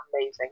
amazing